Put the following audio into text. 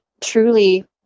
truly